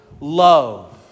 love